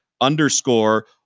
underscore